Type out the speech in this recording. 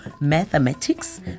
Mathematics